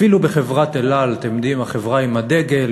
אפילו בחברת "אל על", החברה עם הדגל,